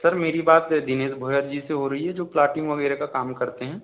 sir मेरी बात दिनेश भोरार जी से हो रही है जो प्लॉटिंग वगैरह का काम करते हैं